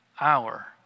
hour